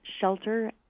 shelter